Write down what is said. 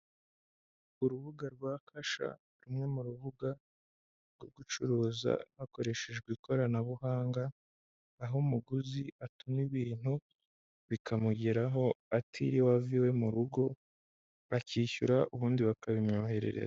Urubuga rwa kasha rumwe mu rubuga rwo gucuruza hakoreshejwe ikoranabuhanga, aho umuguzi atuma ibintu bikamugeraho atiriwe ava iwe mu rugo akishyura ubundi bakabimwoherereza.